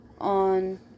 on